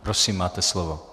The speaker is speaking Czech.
Prosím máte slovo.